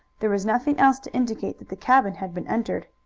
there was nothing else to indicate that the cabin had been entered.